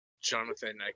Jonathan